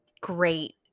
great